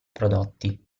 prodotti